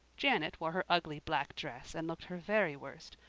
janet wore her ugly black dress and looked her very worst,